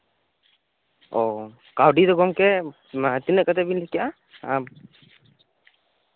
ᱠᱟᱹᱣᱰᱤ ᱫᱚ ᱜᱚᱢᱠᱮ ᱛᱤᱱᱟᱹᱜ ᱠᱟᱛᱮᱜ ᱵᱤᱱ ᱞᱟᱹᱭ ᱠᱮᱜᱼᱟ